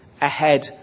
ahead